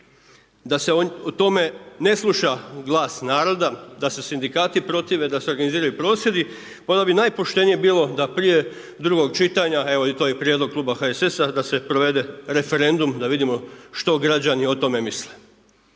da se o tome ne sluša glas naroda, da se sindikati protive, da se organiziraju prosvjedi. Onda bi najpoštenije bilo da prije drugog čitanja, evo i to je i prijedlog kluba HSS-a da se provede referendum da vidimo što građani o tome misle.